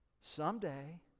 Someday